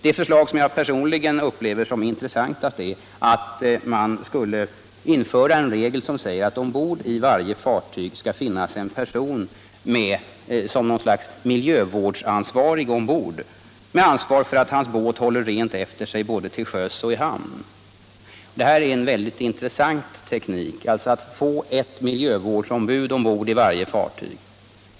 Det förslag som jag personligen upplever som mest intressant är att införa en regel som säger att ombord i varje fartyg skall finnas en person som så att säga är miljöansvarig. Han skall ha ansvar för att hans båt håller rent efter sig både till sjöss och i hamn. Det är en mycket intressant teknik att få ett miljövårdsombud ombord i varje fartyg.